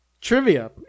trivia